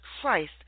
Christ